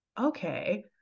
Okay